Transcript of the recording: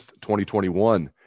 2021